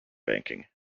banking